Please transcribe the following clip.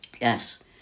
yes